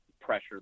pressure